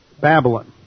Babylon